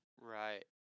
Right